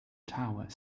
tower